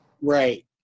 Right